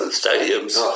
stadiums